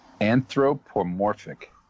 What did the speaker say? Anthropomorphic